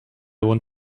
want